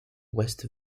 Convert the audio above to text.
west